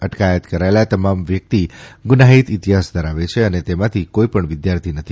અટકાયત કરેલા તમામ વ્યકિત ગુનાહિત ઇતીહાસ ધરાવે છે અને તેમાંથી કોઇ પણ વિદ્યાર્થી નથી